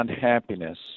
happiness